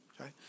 okay